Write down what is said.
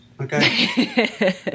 Okay